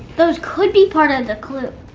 those could be part of the clue.